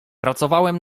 pracowałem